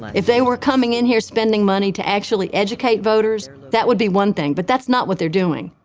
if they were coming in here spending money to actually educate voters that would be one thing. but that's not what they're doing.